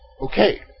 okay